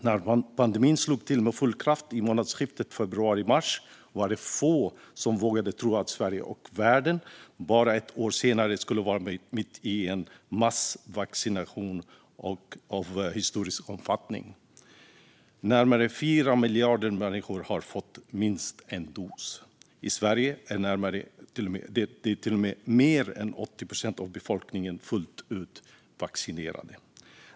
När pandemin slog till med full kraft i månadsskiftet februari/mars var det få som vågade tro att Sverige och världen bara ett år senare skulle vara mitt i en massvaccination av historisk omfattning. Närmare 4 miljarder människor har fått minst en dos. I Sverige är mer än 80 procent av befolkningen fullt ut vaccinerad.